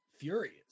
furious